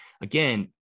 Again